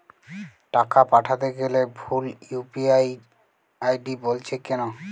টাকা পাঠাতে গেলে ভুল ইউ.পি.আই আই.ডি বলছে কেনো?